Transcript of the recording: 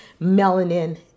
melanin